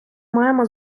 маємо